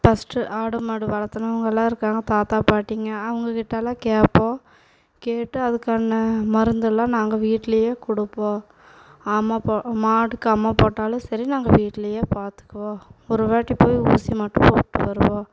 first ஆடு மாடு வளர்த்துனவங்கள்லாம் இருக்காங்க தாத்தா பாட்டிங்க அவங்ககிட்டலாம் கேட்போம் கேட்டு அதுக்கான மருந்தெல்லாம் நாங்கள் வீட்டிலேயே கொடுப்போம் அம்மா போ மாட்டுக்கு அம்மா போட்டாலும் சரி நாங்கள் வீட்டிலேயே பார்த்துக்குவோம் ஒருவாட்டி போய் ஊசி மட்டும் போட்டு வருவோம்